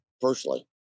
Personally